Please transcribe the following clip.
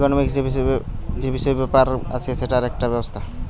economic যে বিষয় ব্যাপার আছে সেটার একটা ব্যবস্থা